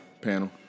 Panel